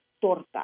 torta